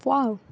wow